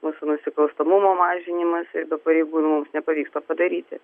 mūsų nusikalstamumo mažinimas ir pareigūnų mums nepavyksta padaryti